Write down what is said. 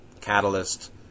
Catalyst